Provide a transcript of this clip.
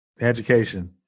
Education